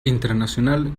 internacional